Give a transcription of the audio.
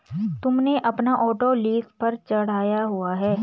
तुमने अपना auto lease पर चढ़ाया हुआ है?